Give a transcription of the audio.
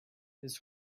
this